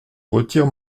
retire